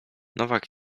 nowak